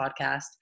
podcast